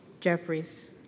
Jeffries